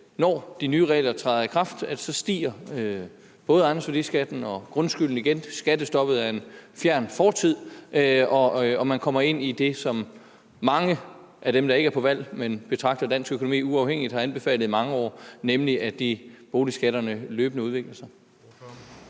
når de nye regler træder i kraft, stiger både ejendomsværdiskatten og grundskylden igen, skattestoppet er en fjern fortid, og man kommer ind i det som mange, der ikke er på valg, men som uafhængigt betragter dansk økonomi, har anbefalet i mange år, nemlig at boligskatterne løbende udvikler sig.